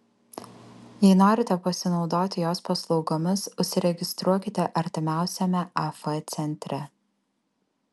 jei norite pasinaudoti jos paslaugomis užsiregistruokite artimiausiame af centre